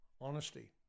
honesty